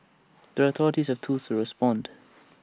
the authorities have tools to respond